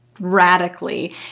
radically